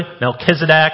Melchizedek